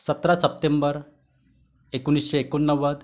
सतरा सप्टेंबर एकोणीसशे एकोणनव्वद